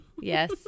yes